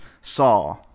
saw